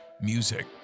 Music